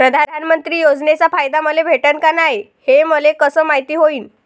प्रधानमंत्री योजनेचा फायदा मले भेटनं का नाय, हे मले कस मायती होईन?